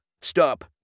Stop